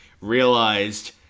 realized